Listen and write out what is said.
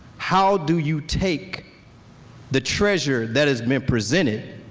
how do you take the treasure that has been presented